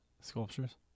Sculptures